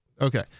Okay